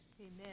Amen